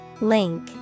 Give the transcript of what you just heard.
Link